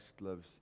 loves